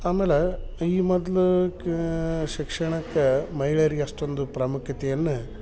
ಆಮೇಲೆ ಈ ಮೊದ್ಲು ಕಾ ಶಿಕ್ಷಣಕ್ಕೆ ಮಹಿಳೆಯರಿಗೆ ಅಷ್ಟೊಂದು ಪ್ರಾಮುಖ್ಯತೆಯನ್ನು